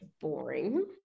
boring